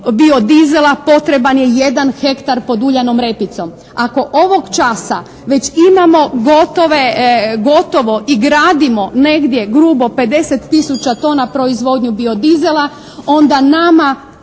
biodizela potreban je jedan hektar pod uljanom repicom. Ako ovog časa već imamo gotovo i gradimo negdje grubo 50 tisuća tona proizvodnje biodizela onda nama